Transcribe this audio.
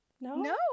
No